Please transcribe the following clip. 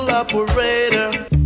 Operator